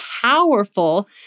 powerful